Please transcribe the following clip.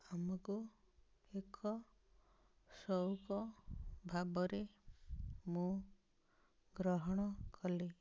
କାମକୁ ଏକ ସଉକ ଭାବରେ ମୁଁ ଗ୍ରହଣ କଲି